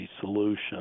solution